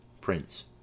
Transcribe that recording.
Prince